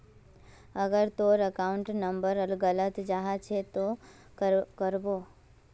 अगर तोर account number गलत जाहा ते की करबो?